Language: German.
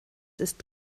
ist